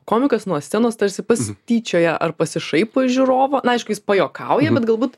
komikas nuo scenos tarsi pasityčioja ar pasišaipo iš žiūrovo na aišku jis pajuokauja bet galbūt